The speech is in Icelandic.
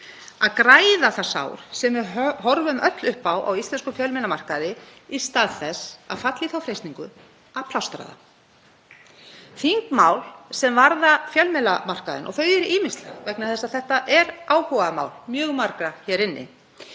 að græða það sár sem við horfum öll upp á á íslenskum fjölmiðlamarkaði í stað þess að falla í þá freistingu að plástra það. Þingmál sem varða fjölmiðlamarkaðinn — og þau eru ýmisleg vegna þess að þetta er áhugamál mjög margra hér inni